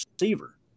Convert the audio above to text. receiver